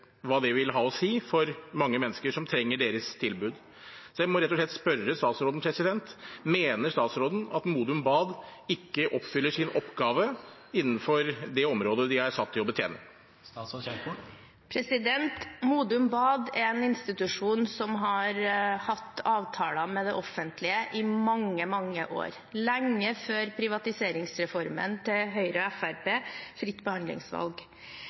hva det vil ha å si for mange mennesker som trenger deres tilbud. Jeg må rett og slett spørre statsråden: Mener statsråden at Modum Bad ikke oppfyller sin oppgave innenfor det området de er satt til å betjene? Modum Bad er en institusjon som har hatt avtale med det offentlige i mange, mange år – lenge før privatiseringsreformen til Høyre og Fremskrittspartiet, fritt behandlingsvalg.